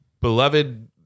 beloved